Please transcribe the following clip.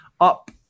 up